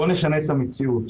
בוא נשנה את המציאות.